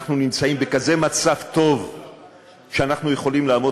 אנחנו נמצאים בכזה מצב טוב שאנחנו יכולים לעמוד